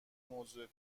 موضوع